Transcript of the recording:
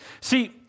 See